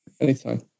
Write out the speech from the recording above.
Anytime